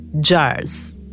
jars